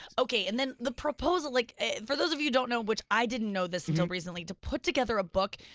okay, and then the proposal, like for those of you who don't know, which i didn't know this until recently to put together a book,